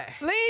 Leave